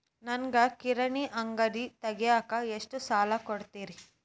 ನನಗ ಕಿರಾಣಿ ಅಂಗಡಿ ತಗಿಯಾಕ್ ಎಷ್ಟ ಸಾಲ ಕೊಡ್ತೇರಿ?